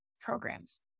programs